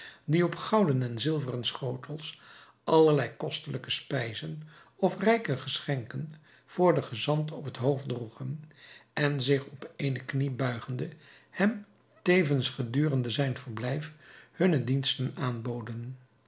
die op gouden en zilveren schotels allerlei kostelijke spijzen of rijke geschenken voor den gezant op het hoofd droegen en zich op eene knie buigende hem tevens gedurende zijn verblijf hunne diensten aanboden